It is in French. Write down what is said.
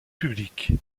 public